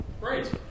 Great